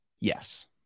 Yes